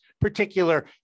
particular